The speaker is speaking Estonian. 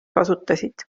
kasutasid